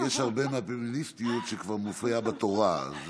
הרבה מהפמיניסטיות כבר מופיעה בתורה.